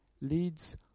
leads